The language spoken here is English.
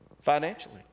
financially